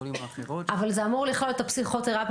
החולים האחרות --- אבל זה אמור לכלול את הפסיכותרפיה,